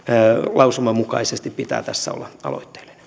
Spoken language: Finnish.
lausuman mukaisesti tässä olla aloitteellinen